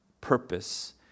purpose